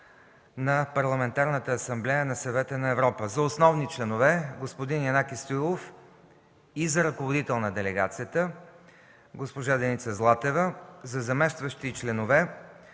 на Парламентарната асамблея на Съвета на Европа. За основни членове: господин Янаки Стоилов – и за ръководител на делегацията, госпожа Деница Златева, а за заместващи членове